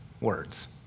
words